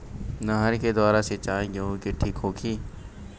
नहर के द्वारा सिंचाई गेहूँ के ठीक होखि?